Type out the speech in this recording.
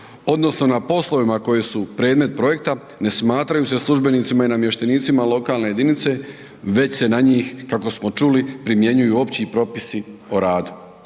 odnosno na poslovima koji su predmet projekta, ne smatraju se službenicima i namještenicima lokalne jedinice, već se na njih, kako smo čuli primjenjuju opći propisi o radu.